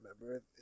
remember